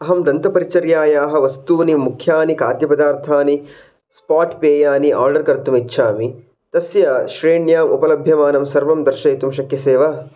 अहं दन्तपरिचर्यायाः वस्तूनि मुख्यानि काद्यपदार्थानि स्पाट् पेयानि आर्डर् कर्तुमिच्छामि तस्य श्रेण्याम् उपलभ्यमानं सर्वं दर्शयितुं शक्यसे वा